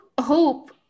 Hope